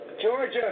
Georgia